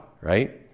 right